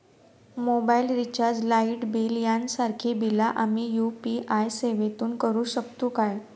Mobile recharge, light bill यांसारखी बिला आम्ही यू.पी.आय सेवेतून करू शकतू काय?